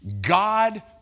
God